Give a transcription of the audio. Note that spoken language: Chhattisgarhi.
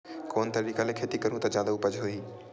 कोन तरीका ले खेती करहु त जादा उपज होही?